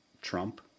Trump